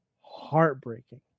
heartbreaking